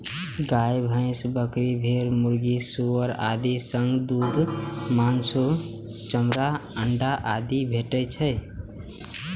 गाय, भैंस, बकरी, भेड़, मुर्गी, सुअर आदि सं दूध, मासु, चमड़ा, अंडा आदि भेटै छै